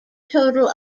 total